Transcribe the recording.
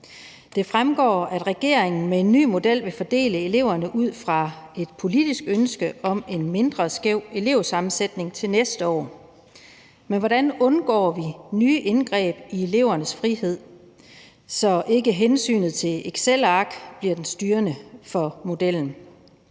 Det fremgår, at regeringen med en ny model vil fordele eleverne ud fra et politisk ønske om en mindre skæv elevsammensætning til næste år, men hvordan undgår vi nye indgreb i elevernes frihed, så ikke hensynet til excelark bliver det styrende for modellen?